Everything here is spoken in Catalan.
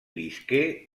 visqué